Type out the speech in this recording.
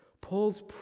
Paul's